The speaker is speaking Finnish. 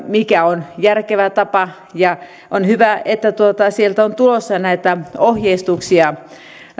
mikä on järkevä tapa ja on hyvä että sieltä on tulossa ohjeistuksia